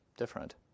different